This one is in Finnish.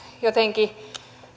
jotenkin